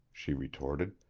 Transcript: she retorted,